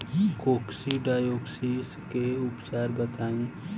Coccidiosis के उपचार बताई?